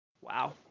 Wow